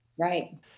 Right